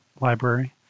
Library